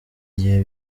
igihe